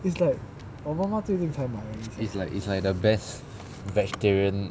it's like it's like the best vegetarian